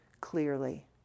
clearly